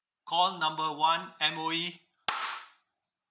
call number one M_O_E